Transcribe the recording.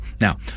Now